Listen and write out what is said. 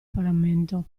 pagamento